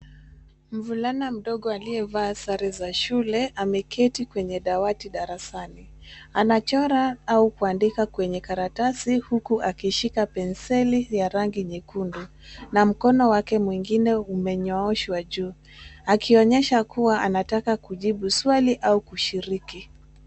Mvulana mdogo aliyevaa sare za shule ameketi kwenye dawati darasani. Anachora au kuandika kwenye karatasi huku akishika penseli ya rangi nyekundu na mkono wake mwingine umenyooshwa juu akionyesha kuwa anataka kujibu swali au kushiriki.